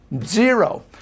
zero